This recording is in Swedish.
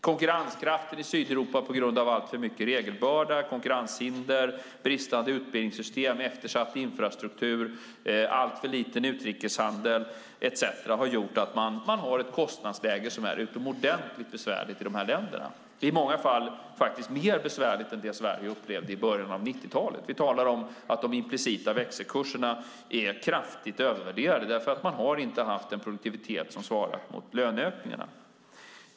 Konkurrenskraften i Sydeuropa på grund av alltför mycket regelbörda, konkurrenshinder, bristande utbildningssystem, eftersatt infrastruktur, alltför liten utrikeshandel etcetera har gjort att man i dessa länder har ett kostnadsläge som är utomordentligt besvärligt. Det är i många fall mer besvärligt än det Sverige upplevde i början av 90-talet. De implicita växelkurserna är kraftigt övervärderade eftersom man inte har haft en produktivitet som svarat mot löneökningarna.